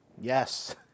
Yes